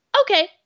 okay